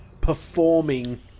performing